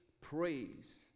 praise